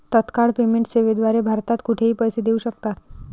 तत्काळ पेमेंट सेवेद्वारे भारतात कुठेही पैसे देऊ शकतात